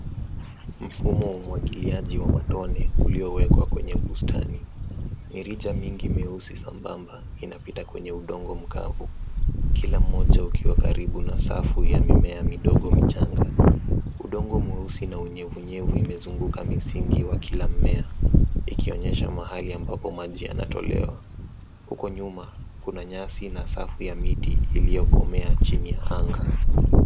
Mfumo wa umwagiliaji wa matone uliowekwa kwenye bustani. Mirija mingi mieusi sambamba inapita kwenye udongo mkavu, kila mmoja ukiwa karibu na safu ya mimea midogo michanga. Udongo mweusi na unyevunyevu imezungukwa misingi wa kila mmea ikionyesha mahali ambapo maji yanatolewa. Huko nyuma kuna nyasi na safu ya miti iliyokomea chini ya anga.